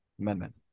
Amendment